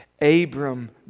Abram